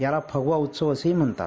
याला फगवा उत्सव असेही म्हणतात